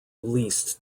leased